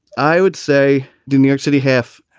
i would say the new york city half.